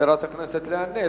חברת הכנסת לאה נס.